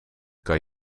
kan